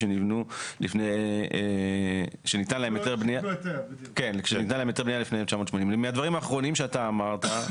שניתן להם היתר בנייה לפני 1980. מהדברים האחרונים שאתה אמרת,